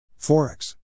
Forex